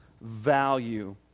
value